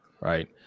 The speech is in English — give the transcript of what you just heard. right